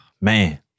Man